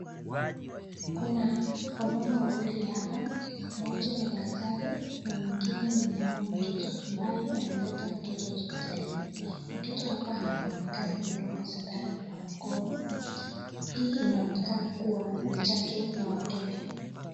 Kuna wamama wawili hapa mmoja ni daktari na mwingine ni mama mtoto ambaye ameleta mtoto hospitalini. Mtoto hapa anaonekana kudungwa sindano kwa mkono, hii inaonekana kuwa ni chanjo ya watoto.